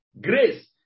grace